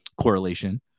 correlation